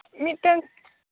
ᱢᱤᱫᱴᱟᱝ